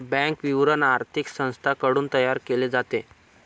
bank विवरण आर्थिक संस्थांकडून तयार केले जाते